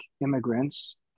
immigrants